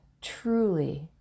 truly